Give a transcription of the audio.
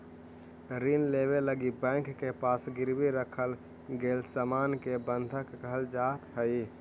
ऋण लेवे लगी बैंक के पास गिरवी रखल गेल सामान के बंधक कहल जाऽ हई